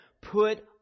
put